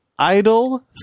Idle